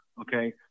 okay